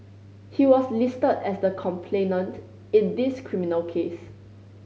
he was listed as the complainant in this criminal case